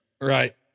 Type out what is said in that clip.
Right